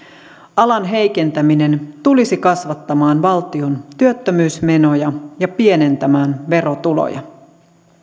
alan heikentäminen tulisi kasvattamaan valtion työttömyysmenoja ja pienentämään verotuloja